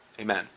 Amen